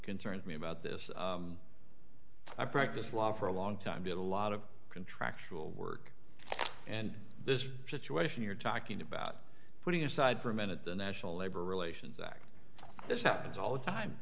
concerns me about this i practiced law for a long time did a lot of contractual work and this situation you're talking about putting aside for a minute the national labor relations act this happens all the time